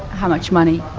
how much money?